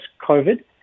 COVID